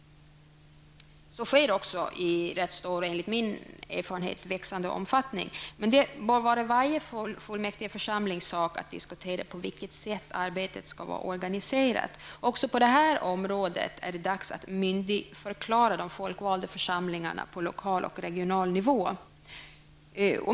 Så sker också, enligt min erfarenhet, i ganska stor och växande omfattning. Det bör vara varje fullmäktigeförsamlings sak att diskutera på vilket sätt arbetet skall var organiserat. Även på det här området är det dags att myndigförklara de folkvalda församlingarna på lokal och regional nivå.